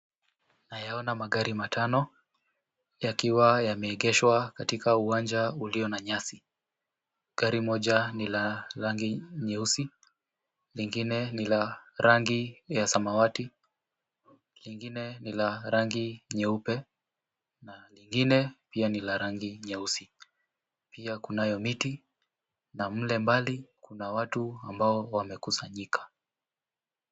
Nayaona magari matano yakiwa yameegeshwa katika uwanja ulio na nyasi. Gari moja ni la rangi nyeusi, lingine ni la rangi ya samawati, lingine ni la rangi nyeupe na lingine pia ni la rangi nyeusi. Pia kunayo miti na mle mbali kuna watu ambao wamekusanyika.